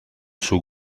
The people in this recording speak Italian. suo